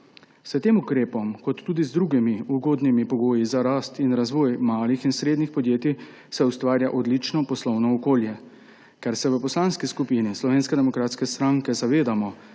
S tem ukrepom ter tudi z drugimi ugodnimi pogoji za rast in razvoj malih in srednjih podjetij se ustvarja odlično poslovno okolje. Ker se v Poslanski skupini Slovenske demokratske stranke zavedamo,